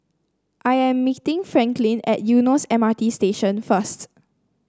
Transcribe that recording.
I am meeting Franklin at Eunos M R T Station first